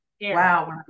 Wow